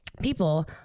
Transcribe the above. people